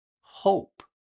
hope